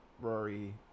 rory